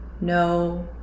no